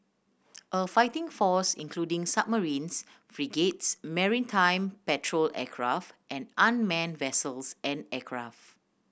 a fighting force including submarines frigates maritime patrol aircraft and unmanned vessels and aircraft